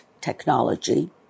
technology